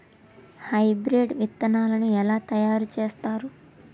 Hybrid విత్తనాలను ఎలా తయారు చేస్తారు?